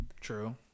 True